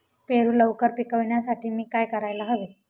पेरू लवकर पिकवण्यासाठी मी काय करायला हवे?